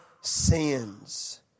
sins